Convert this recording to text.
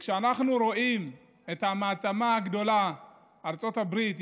אנחנו רואים את המעצמה הגדולה ארצות הברית,